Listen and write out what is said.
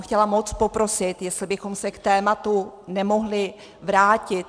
Chtěla bych moc poprosit, jestli bychom se k tématu nemohli vrátit.